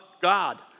God